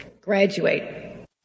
Graduate